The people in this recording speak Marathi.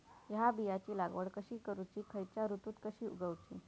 हया बियाची लागवड कशी करूची खैयच्य ऋतुत कशी उगउची?